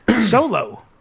solo